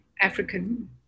African